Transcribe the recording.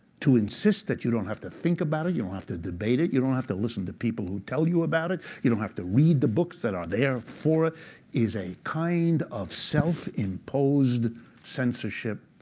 to insist that you don't have to think about it, you don't have to debate it, you don't have to listen to people who tell you about it, you don't have to read the books that are there for it is a kind of self imposed censorship